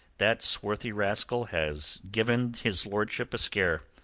that swarthy rascal has given his lordship a scare.